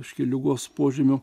reiškia ligos požymių